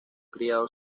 criado